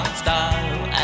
style